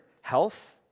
health